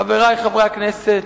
חברי חברי הכנסת,